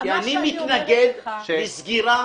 כי אני מתנגד לסגירה